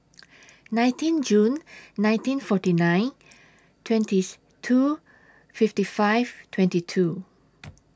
nineteen June nineteen forty nine twentieth two fifty five twenty two